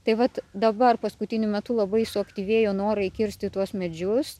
tai vat dabar paskutiniu metu labai suaktyvėjo norai kirsti tuos medžius